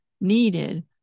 needed